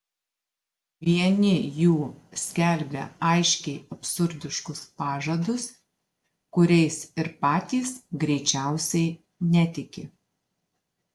vieni jų skelbia aiškiai absurdiškus pažadus kuriais ir patys greičiausiai netiki